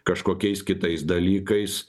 kažkokiais kitais dalykais